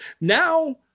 Now